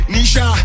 Nisha